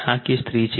આ કેસ 3 છે